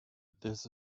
this